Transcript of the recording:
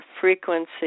frequency